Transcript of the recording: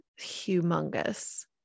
humongous